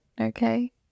okay